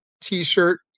T-shirt